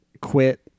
Quit